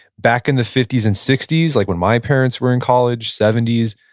back in the fifty s and sixty s like when my parents were in college, seventy s,